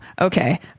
okay